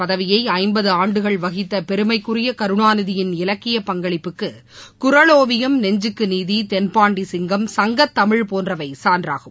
பதவியைஐம்பதுஆண்டுகள் வகித்தபெருமைக்குரியகருணாநிதியின் திமுகதலைவர் இலக்கிய பங்களிப்புக்குகுறளோவியம் நெஞ்சுக்குநீதி தென்பாண்டிசிங்கம் சங்கத்தமிழ் போன்றவைசான்றாகும்